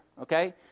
okay